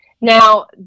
Now